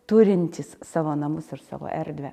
turintys savo namus ir savo erdvę